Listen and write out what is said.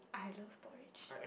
I love porridge